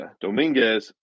Dominguez